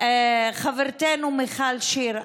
חברתנו מיכל שיר.